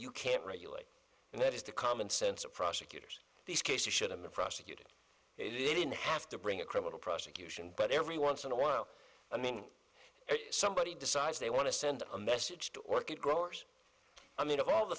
you can't regulate and that is the common sense of prosecutors these cases should have been prosecuted if they didn't have to bring a criminal prosecution but every once in a while i mean if somebody decides they want to send a message to orchid growers i mean of all the